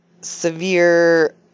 severe